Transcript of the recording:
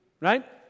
Right